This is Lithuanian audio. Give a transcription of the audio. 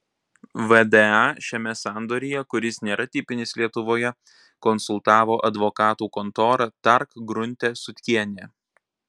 vda šiame sandoryje kuris nėra tipinis lietuvoje konsultavo advokatų kontora tark grunte sutkienė